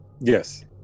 Yes